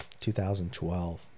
2012